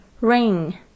Ring